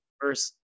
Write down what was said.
First